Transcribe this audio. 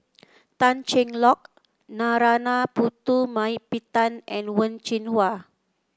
Tan Cheng Lock Narana Putumaippittan and Wen Jinhua